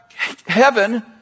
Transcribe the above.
Heaven